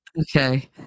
Okay